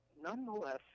nonetheless